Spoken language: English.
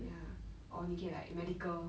ya or 你可以 like medical